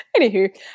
Anywho